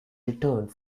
returned